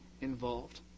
involved